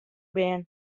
bern